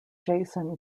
jason